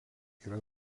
yra